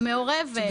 נכון, המעורבת.